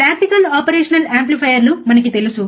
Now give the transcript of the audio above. practical operation యాంప్లిఫైయర్ల మనకు తెలుసు